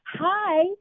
hi